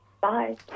Bye